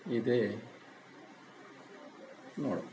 ಇದೇ ನೋಡುವ